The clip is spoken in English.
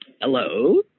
Hello